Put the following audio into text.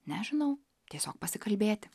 nežinau tiesiog pasikalbėti